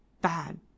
Bad